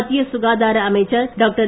மத்திய சுகாதார அமைச்சர் டாக்டர்